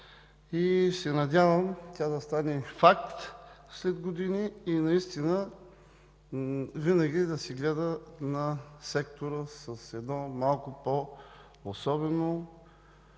Надявам се тя да стане факт след години и наистина винаги да се гледа на сектора с едно малко по-особено